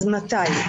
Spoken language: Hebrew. אז מתי?